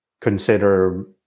consider